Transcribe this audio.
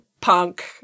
punk